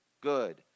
good